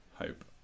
hope